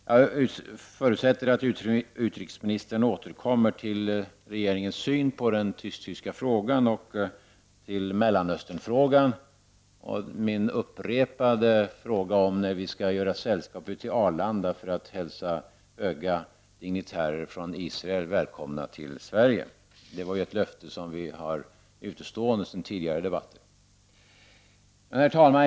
Jag förutsätter att utrikesministern återkommer till regeringens syn på den tysk-tyska frågan och till Mellanösternfrågan och min upprepade fråga om när vi skall göra sällskap ut till Arlanda för att hälsa höga dignitärer från Israel välkomna till Sverige. Det var ju ett löfte som vi har utestående sedan tidigare debatter. Herr talman!